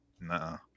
Nah